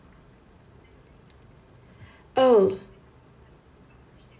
oh